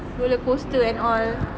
roller coaster and all